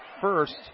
First